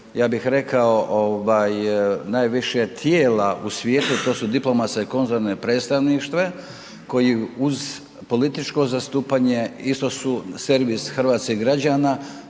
ja bih rekao ovaj najviše tijela u svijetu, a to su diplomatska i konzularna predstavništva, koji uz političko zastupanje isto su servis hrvatskih građana,